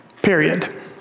Period